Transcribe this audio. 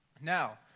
Now